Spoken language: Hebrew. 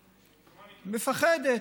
מפחדת.